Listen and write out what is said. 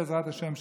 בעזרת השם,